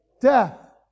death